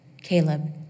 Caleb